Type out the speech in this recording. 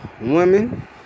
women